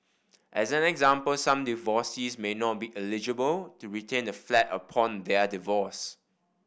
as an example some divorcees may not be eligible to retain the flat upon their divorce